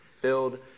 filled